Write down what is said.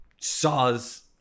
saws